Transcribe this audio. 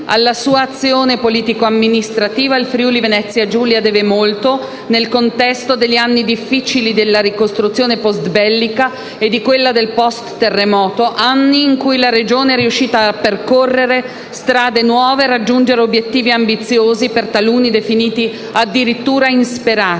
alla sua azione politico-amministrativa il Friuli-Venezia Giulia deve molto, nel contesto degli anni difficili della ricostruzione postbellica e del post-terremoto; anni in cui la Regione è riuscita a percorrere strade nuove e a raggiungere obiettivi ambiziosi, per taluni definiti addirittura insperati.